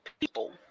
people